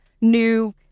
new